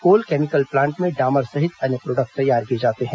कोल chemical plant में डामर सहित अन्य प्रोडक्ट तैयार किये जाते हैं